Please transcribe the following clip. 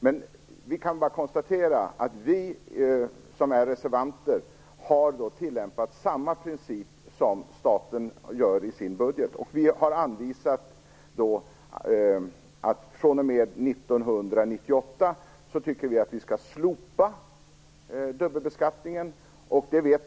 Jag kan bara konstatera att vi som är reservanter har tillämpat samma princip som staten gör i sin budget. Vi har sagt att vi tycker att dubbelbeskattningen skall slopas från 1998.